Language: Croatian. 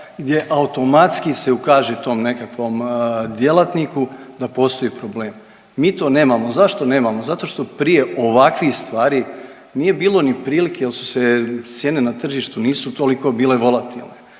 gdje automatski se ukaže tom nekakvom djelatniku da postoji problem. Mi to nemamo. Zašto nemamo? Zato što prije ovakvih stvari nije bilo ni prilike jer su se cijene na tržištu nisu toliko bile volatilne